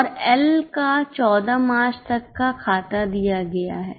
और L का 14 मार्च तक का खाता दिया गया है